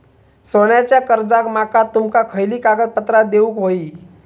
सोन्याच्या कर्जाक माका तुमका खयली कागदपत्रा देऊक व्हयी?